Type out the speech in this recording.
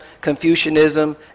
Confucianism